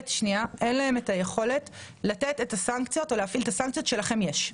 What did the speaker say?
אין להם את היכולת לתת את הסנקציות או להפעיל את הסנקציות שלכם יש.